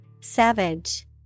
Savage